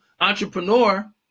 entrepreneur